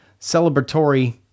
celebratory